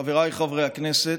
חבריי חברי הכנסת,